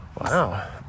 Wow